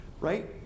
right